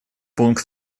пункт